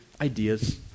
Ideas